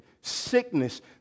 sickness